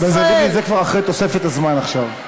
חברת הכנסת לבני, זה כבר אחרי תוספת הזמן עכשיו.